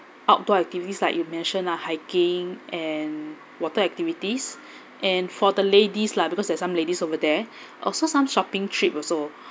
outdoor activities like you mentioned lah hiking and water activities and for the ladies lah because there're some ladies over there also some shopping trip also